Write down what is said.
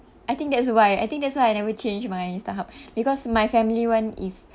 I think that's why I think that's why I never change my Starhub because my family [one] is